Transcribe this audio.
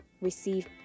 receive